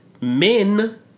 Men